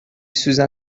سوزن